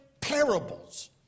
parables